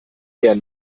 eher